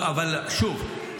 אבל שוב,